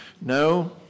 No